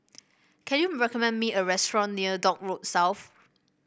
can you recommend me a restaurant near Dock Road South